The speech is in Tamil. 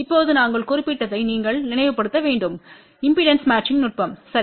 இப்போது நாங்கள் குறிப்பிட்டதை நீங்கள் நினைவுபடுத்த வேண்டும் இம்பெடன்ஸ் மேட்சிங் நுட்பம் சரி